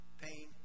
pain